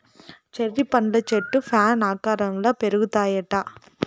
cherry పండ్ల చెట్లు fan ఆకారంల పెరుగుతాయిట